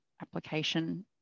application